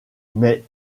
mais